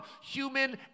human